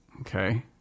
Okay